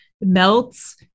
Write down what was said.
melts